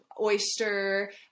oyster